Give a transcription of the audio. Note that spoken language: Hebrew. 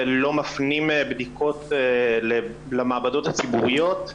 שלא מפנים בדיקות למעבדות הציבוריות.